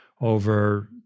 over